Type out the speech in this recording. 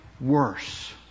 worse